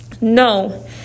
No